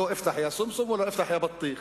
לא "איפתח יא סומסום" ולא "איפתח יא בטיח".